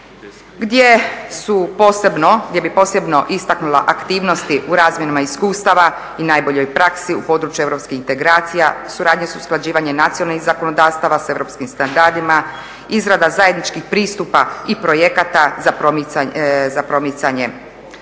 partnerstva gdje bih posebno istaknula aktivnosti u razmjenama iskustava i najboljoj praksi u području europskih integracija, suradnje sa usklađivanjem nacionalnih zakonodavstava sa europskim standardima, izrada zajedničkih pristupa i projekata za promicanje